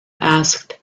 asked